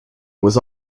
was